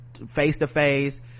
face-to-face